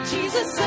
Jesus